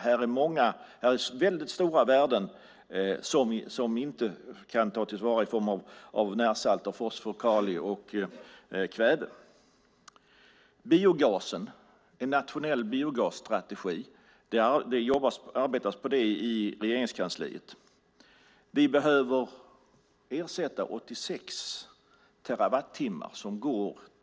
Här är väldigt stora värden som inte kan tas till vara i form av närsalter, fosfor, kalium och kväve. Det arbetas på en nationell biogasstrategi i Regeringskansliet. Vi behöver ersätta 86 terawattimmar som